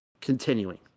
Continuing